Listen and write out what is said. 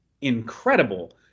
incredible